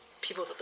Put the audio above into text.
people